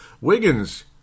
Wiggins